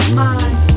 mind